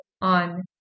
on